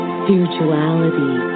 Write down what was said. spirituality